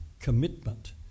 Commitment